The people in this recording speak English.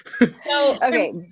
okay